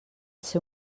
ser